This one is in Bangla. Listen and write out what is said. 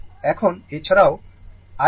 এখন এছাড়াও i 1 ∞ i 3 ∞